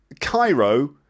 Cairo